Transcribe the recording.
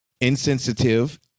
insensitive